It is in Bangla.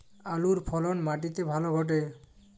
আলুর ফলন মাটি তে ভালো ঘটে?